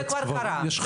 כבר יש חקיקה.